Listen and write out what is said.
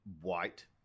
white